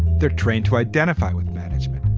they're trained to identify with management.